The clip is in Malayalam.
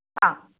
ആ